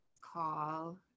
call